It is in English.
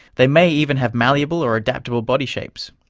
they may even have malleable or adaptable body shapes.